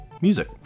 music